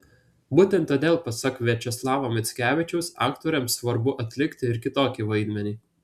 būtent todėl pasak viačeslavo mickevičiaus aktoriams svarbu atlikti ir kitokį vaidmenį